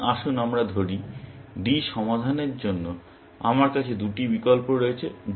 সুতরাং আসুন আমরা ধরি D সমাধানের জন্য আমার কাছে দুটি বিকল্প রয়েছে